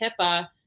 HIPAA